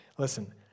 Listen